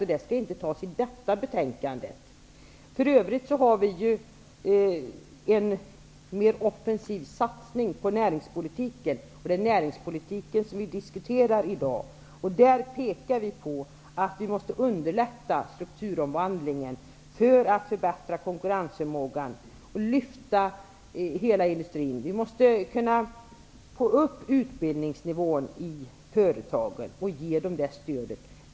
De besluten skall inte fattas i samband med detta betänkande. För övrigt har vi en mer offensiv satsning på näringspolitiken, och det är näringspolitiken som vi diskuterar i dag. Där pekar vi på att vi måste underlätta strukturomvandlingen för att förbättra konkurrensförmågan och lyfta hela industrin. Vi måste kunna få upp utbildningsnivån i företagen, ge dem det stödet.